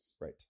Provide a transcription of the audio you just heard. Right